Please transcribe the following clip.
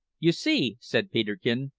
you see, said peterkin,